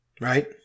right